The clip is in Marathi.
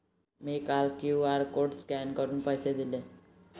मी काल क्यू.आर कोड स्कॅन करून पैसे दिले